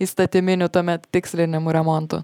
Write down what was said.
įstatyminių tuomet tikslinimų remontų